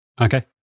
Okay